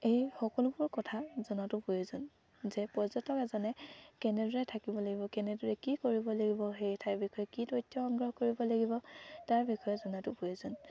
এই সকলোবোৰ কথা জনাতো প্ৰয়োজন যে পৰ্যটক এজনে কেনেদৰে থাকিব লাগিব কেনেদৰে কি কৰিব লাগিব সেই ঠাইৰ বিষয়ে কি তথ্য সংগ্ৰহ কৰিব লাগিব তাৰ বিষয়ে জনাটো প্ৰয়োজন